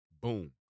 boom